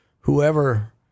whoever